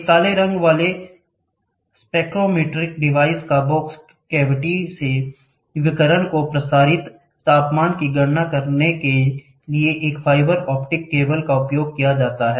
एक काले रंग वाले स्पेक्ट्रोमेट्रिक डिवाइस का बॉक्स कैविटी से विकिरण को प्रसारित तापमान की गणना करने करने के लिए एक फाइबर ऑप्टिक केबल का उपयोग किया जाता है